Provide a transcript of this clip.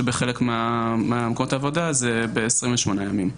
שבחלק ממקומות העבודה זה ל-28 ימים,